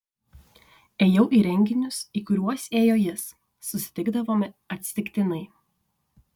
ėjau į renginius į kuriuos ėjo jis susitikdavome atsitiktinai